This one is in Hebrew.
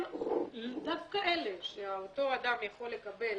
דווקא אלו שהוא יכול לקבל